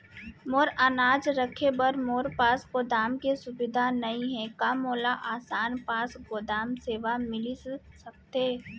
मोर अनाज रखे बर मोर पास गोदाम के सुविधा नई हे का मोला आसान पास गोदाम सेवा मिलिस सकथे?